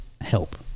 Help